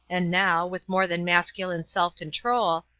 and now, with more than masculine self-control,